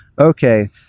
Okay